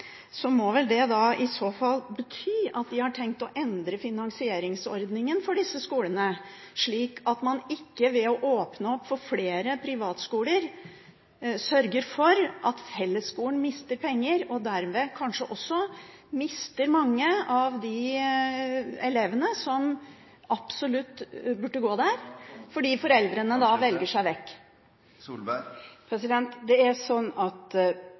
må det i så fall bety at de har tenkt å endre finansieringsordningen for disse skolene, slik at man ved å åpne opp for flere privatskoler, sørger for at fellesskolen ikke mister penger og derved kanskje også mister mange av de elevene som absolutt burde gå der, fordi foreldrene velger seg